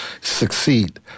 succeed